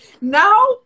Now